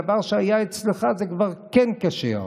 דבר שהיה אצלך זה כבר כן כשר.